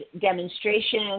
demonstration